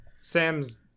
Sam's